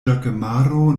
ĵakemaro